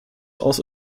also